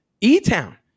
E-Town